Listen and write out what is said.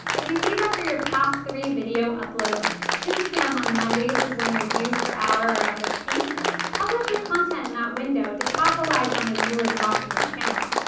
if you see that for your past three video uploads two pm on mondays is when your views per hour are at their peak publish your content in that window to capitalise on viewers watching your channel.